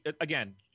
again